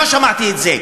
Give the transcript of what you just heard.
לא שמעתי את זה.